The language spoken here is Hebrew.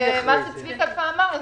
מה שצביקה כהן אמר פה,